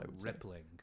rippling